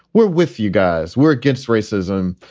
we're with you guys, we're against racism,